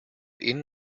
inn